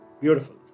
Beautiful